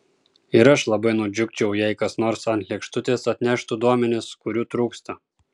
ir aš labai nudžiugčiau jei kas nors ant lėkštutės atneštų duomenis kurių trūksta